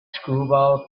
screwball